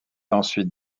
ensuite